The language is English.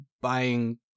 buying